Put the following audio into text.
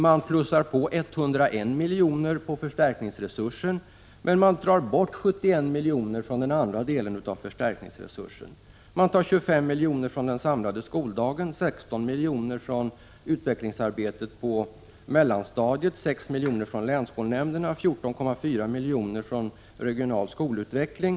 De plussar på 101 miljoner på förstärkningsresursen men drar bort 71 miljoner från den andra delen av förstärkningsresursen. Moderaterna tar 25 miljoner från den samlade skoldagen, 16 miljoner från utvecklingsarbetet på mellanstadiet, 6 miljoner från länsskolnämnderna och 14,4 miljoner från regional skolutveckling.